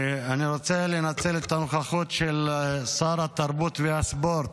אני רוצה לנצל את הנוכחות של שר התרבות והספורט